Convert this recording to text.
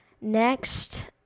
next